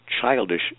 childish